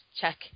check